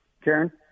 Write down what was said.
Karen